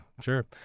Sure